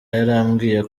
yarambwiye